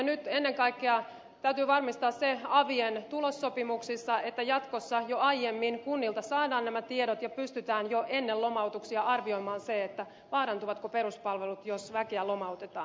nyt ennen kaikkea täytyy varmistaa avien tulossopimuksissa että jatkossa jo aiemmin kunnilta saadaan nämä tiedot ja pystytään jo ennen lomautuksia arvioimaan se vaarantuvatko peruspalvelut jos väkeä lomautetaan